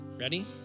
ready